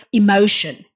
emotion